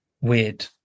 weird